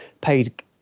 paid –